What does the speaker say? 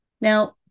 Now